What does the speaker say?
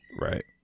Right